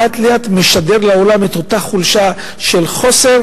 לאט לאט משדר לעולם את אותה חולשה של חוסר